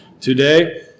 today